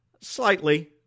slightly